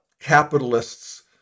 capitalists